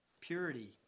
Purity